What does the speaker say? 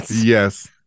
Yes